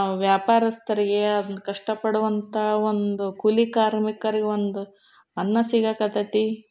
ವ್ಯಾಪಾರಸ್ಥರಿಗೆ ಅದನ್ನು ಕಷ್ಟಪಡುವಂಥ ಒಂದು ಕೂಲಿ ಕಾರ್ಮಿಕರಿಗೆ ಒಂದು ಅನ್ನ ಸಿಗಕ್ಕತ್ತೈತಿ